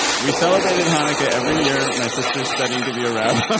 we celebrated hanukkah every year, my sister's studying to be a rabbi.